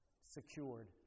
secured